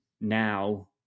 now